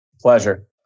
Pleasure